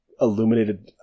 illuminated